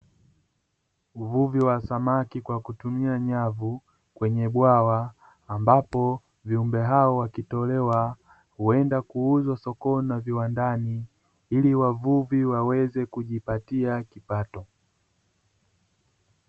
Uvuvi wa samaki kwa kutumia nyavu kwenye bwawa ambapo viumbe hao wakitolewa huenda kuuzwa sokoni na viwandani ili wavuvi waweze kujipatia kipato.